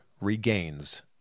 regains